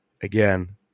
Again